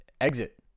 exit